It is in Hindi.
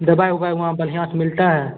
दवाई उवाई वहाँ बढ़िया से मिलता है